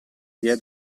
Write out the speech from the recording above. via